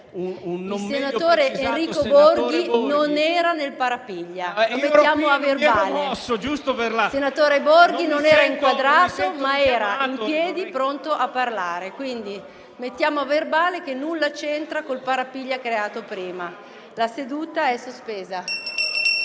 Il senatore Enrico Borghi non era nel parapiglia, che resti agli atti. Il senatore Borghi non era inquadrato, ma era in piedi, pronto a parlare, quindi mettiamo a verbale che nulla c'entra col parapiglia creato prima. La seduta è sospesa.